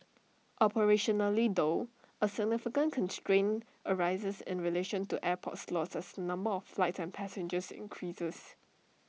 operationally though A significant constraint arises in relation to airport slots as number of flights and passengers increases